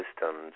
systems